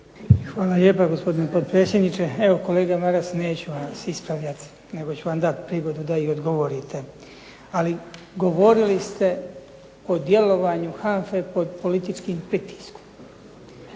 Hvala lijepa gospodine potpredsjedniče. Evo kolega Maras neću vas ispravljati nego ću vam dati prigodu da i odgovorite. Ali govorili ste o djelovanju HANFA-e pod političkim pritiskom.